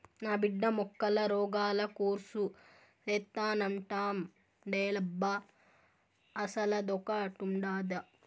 నా బిడ్డ మొక్కల రోగాల కోర్సు సేత్తానంటాండేలబ్బా అసలదొకటుండాదా